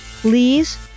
please